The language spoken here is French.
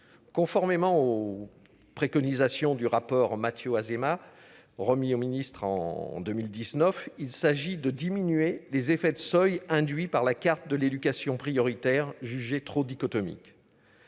Conformément aux préconisations du rapport Mathiot-Azéma, remis au ministre en 2019, il s'agit de diminuer les effets de seuil induits par la carte de l'éducation prioritaire, jugée trop dichotomique.